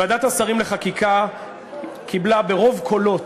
ועדת השרים לחקיקה קיבלה ברוב קולות